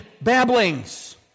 babblings